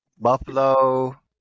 Buffalo